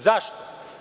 Zašto?